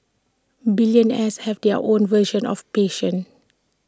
billionaires have their own version of patience